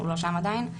אנחנו לא שם עדיין.